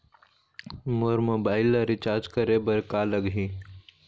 मोर mobile ला recharge करे बर का लगही?